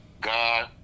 God